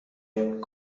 نمی